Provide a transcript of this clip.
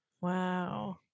Wow